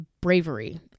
bravery